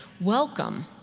welcome